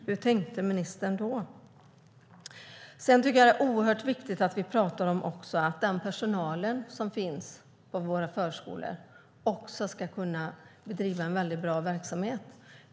Hur tänkte ministern då? Sedan tycker jag att det är oerhört viktigt att vi också pratar om att den personal som finns på våra förskolor ska kunna bedriva en väldigt bra verksamhet.